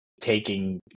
taking